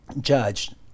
judged